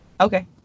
Okay